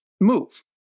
move